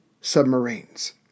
submarines